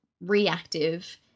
reactive